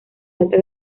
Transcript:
alta